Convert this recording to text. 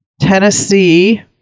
Tennessee